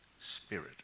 spirit